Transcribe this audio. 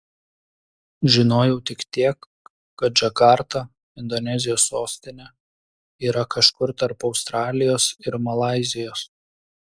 žinojau tik tiek kad džakarta indonezijos sostinė yra kažkur tarp australijos ir malaizijos